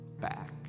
back